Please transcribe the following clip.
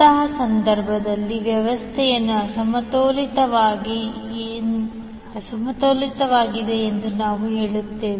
ಅಂತಹ ಸಂದರ್ಭದಲ್ಲಿ ವ್ಯವಸ್ಥೆಯು ಅಸಮತೋಲಿತವಾಗಿದೆ ಎಂದು ನಾವು ಹೇಳುತ್ತೇವೆ